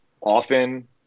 often